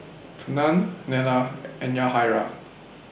Fernand Nella and Yahaira